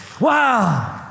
Wow